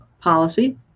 policy